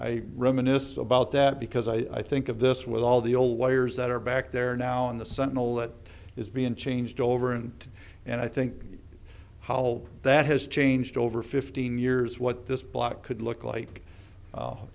i reminisce about that because i think of this with all the old wires that are back there now in the sentinel that is being changed over and and i think how that has changed over fifteen years what this block could look like